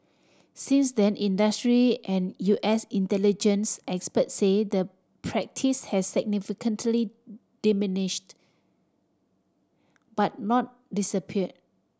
since then industry and U S intelligence experts say the practice has significantly diminished but not disappear